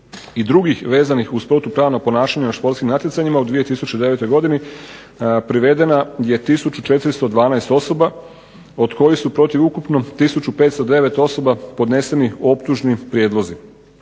i drugih vezanih uz …/Govornik se ne razumije./… ponašanja na športskim natjecanjima u 2009. godini privedeno je 1412 osoba, od kojih su protiv ukupno 1509 osoba podneseni optužni prijedlozi.